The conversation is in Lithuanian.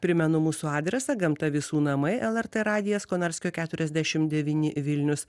primenu mūsų adresą gamta visų namai lrt radijas konarskio keturiasdešimt devyni vilnius